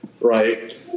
right